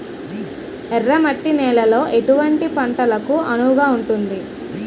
ఎర్ర మట్టి నేలలో ఎటువంటి పంటలకు అనువుగా ఉంటుంది?